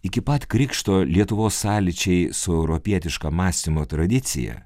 iki pat krikšto lietuvos sąlyčiai su europietiška mąstymo tradicija